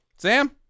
Sam